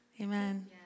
Amen